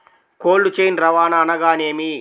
Cold chain రవాణా అనగా నేమి?